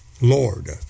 Lord